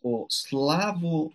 o slavų